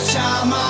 time